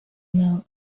know